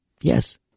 Yes